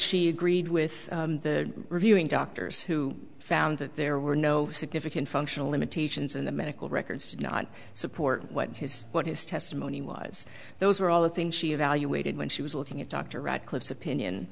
she agreed with reviewing doctors who found that there were no significant functional limitations in the medical records did not support what his what his testimony was those were all the things she evaluated when she was looking at dr radcliffe's opinion